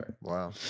Wow